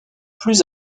plus